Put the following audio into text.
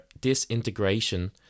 disintegration